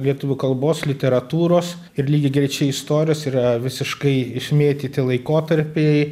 lietuvių kalbos literatūros ir lygiagrečiai istorijos yra visiškai išmėtyti laikotarpiai